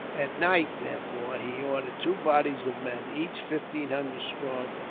at night, therefore, he ordered two bodies of men, each fifteen hundred strong,